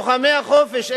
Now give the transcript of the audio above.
לוחמי החופש,